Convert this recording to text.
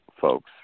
folks